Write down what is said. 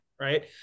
right